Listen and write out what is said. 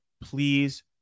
please